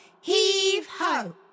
heave-ho